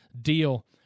deal